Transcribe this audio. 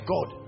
God